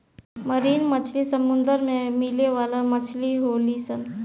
marine मछली समुंदर में मिले वाला मछली होली सन